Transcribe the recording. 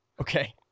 Okay